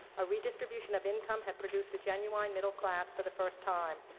a redistribution of income had produced a genuine middle class for the first time.